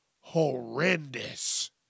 horrendous